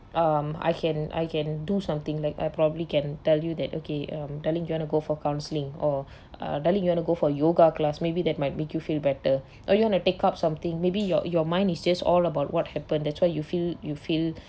um I can I can do something like I probably can tell you that okay um darling do you want to go for counseling or uh darling you want go for yoga class maybe that might make you feel better or you want to take up something maybe your your mind is just all about what happened that's why you feel you feel